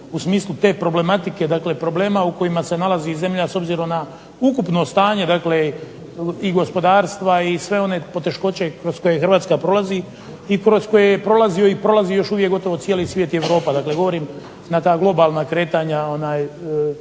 u smislu te problematike, dakle problema u kojima se nalazi zemlja s obzirom na ukupno stanje dakle i gospodarstva i sve one poteškoće kroz koje HRvatska prolazi i kroz koje je prolazio i prolazi još uvijek gotovo cijeli svijet i Europa dakle govorim na ta globalna kretanja te